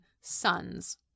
sons